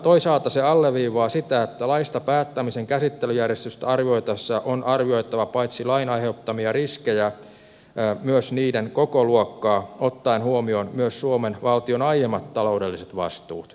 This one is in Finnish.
toisaalta se alleviivaa sitä että laista päättämisen käsittelyjärjestystä arvioitaessa on arvioitava paitsi lain aiheuttamia riskejä myös niiden kokoluokkaa ottaen huomioon myös suomen valtion aiemmat taloudelliset vastuut